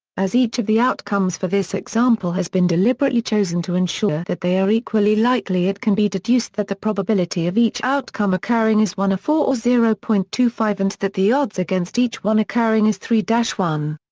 as each of the outcomes for this example has been deliberately chosen to ensure that they are equally likely it can be deduced that the probability of each outcome occurring is one four or zero point two five and that the odds against each one occurring is three one.